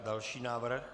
Další návrh.